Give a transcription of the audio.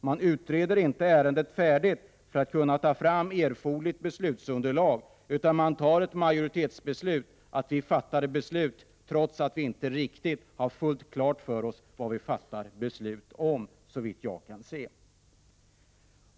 Man utreder inte ärendet färdigt för att kunna ta fram erforderligt beslutsunderlag, utan man fattar ett majoritetsbeslut — trots att man inte har fullt klart för sig vad man fattar beslut om, såvitt jag kan se.